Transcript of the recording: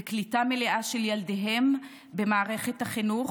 וקליטה מלאה של ילדיהם במערכת החינוך,